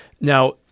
Now